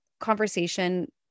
conversation